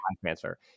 transfer